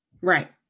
Right